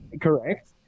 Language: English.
Correct